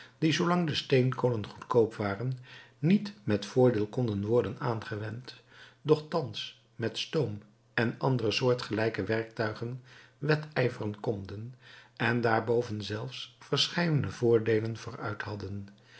die zoolang de steenkolen goedkoop waren niet met voordeel konden worden aangewend doch thans met de stoom en andere soortgelijke werktuigen wedijveren konden en daarboven zelfs verscheidene voordeelen vooruit hadden